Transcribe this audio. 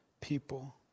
people